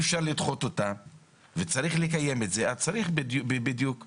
אפשר לדחות את הישיבה וצריך לקיים אותה צריך לדאוג.